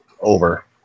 over